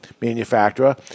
manufacturer